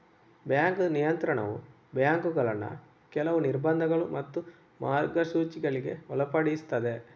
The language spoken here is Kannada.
ಬ್ಯಾಂಕ್ ನಿಯಂತ್ರಣವು ಬ್ಯಾಂಕುಗಳನ್ನ ಕೆಲವು ನಿರ್ಬಂಧಗಳು ಮತ್ತು ಮಾರ್ಗಸೂಚಿಗಳಿಗೆ ಒಳಪಡಿಸ್ತದೆ